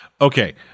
Okay